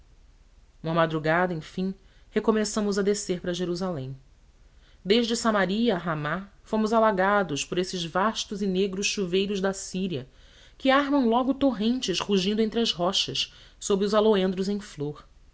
uma madrugada enfim recomeçamos a descer para jerusalém desde samaria a ramá fomos alagados por esses vastos e negros chuveiros da síria que armam logo torrentes rugindo entre as rochas sob os aloendros em flor